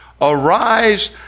Arise